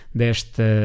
desta